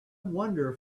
wonder